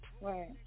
Right